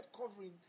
covering